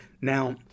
Now